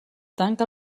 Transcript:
tanca